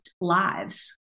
lives